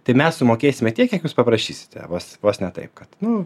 tai mes sumokėsime tiek kiek jūs paprašysite vos vos ne taip kad nu